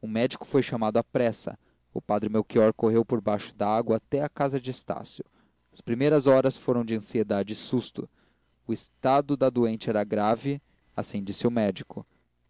um médico foi chamado à pressa o padre melchior correu por baixo dágua até à casa de estácio as primeiras horas foram de ansiedade e susto o estado da doente era grave assim o disse o médico